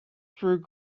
through